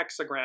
hexagram